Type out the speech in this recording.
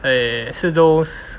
eh 是 those